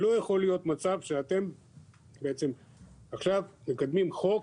לא יכול להיות מצב שאתם בעצם עכשיו מקדמים חוק,